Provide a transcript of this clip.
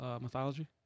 mythology